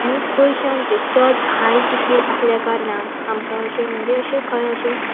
आनी पयशान ते चड हाय टिकीट आसल्या कारणान आमकां अशें म्हणजे अशें खंय अशें